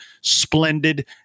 splendid